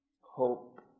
hope